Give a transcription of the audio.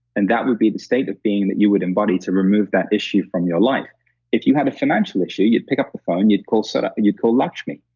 and that would be the state of being that you would embody to remove that issue from your life if you had a financial issue, you'd pick up the phone, you'd call so but and you'd call lakshmi,